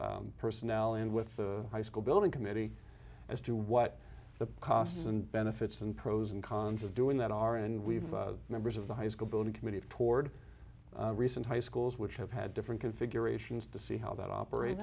of personnel and with the high school building committee as to what the costs and benefits and pros and cons of doing that are and we've the members of the high school building committee toward recent high schools which have had different configurations to see how that operate